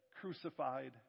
crucified